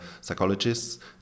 psychologists